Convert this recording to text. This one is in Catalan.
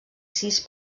sis